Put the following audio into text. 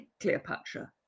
Cleopatra